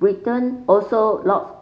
Britain also logs